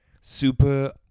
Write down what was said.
Super